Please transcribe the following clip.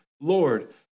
Lord